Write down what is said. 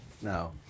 now